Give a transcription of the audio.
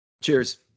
Cheers